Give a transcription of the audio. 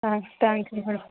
thank you madam